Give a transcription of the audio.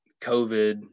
COVID